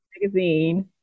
magazine